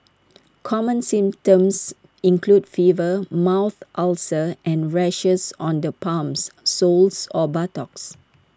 common symptoms include fever mouth ulcers and rashes on the palms soles or buttocks